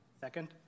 Second